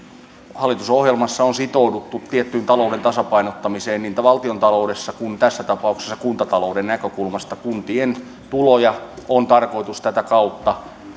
hallitusohjelmassa on sitouduttu tiettyyn talouden tasapainottamiseen niin että valtiontaloudessa tässä tapauksessa kuntatalouden näkökulmasta kuntien tuloja on tarkoitus tätä kautta